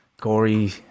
gory